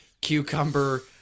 cucumber